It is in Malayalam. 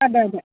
അതെ അതെ